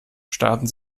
starten